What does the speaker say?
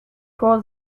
for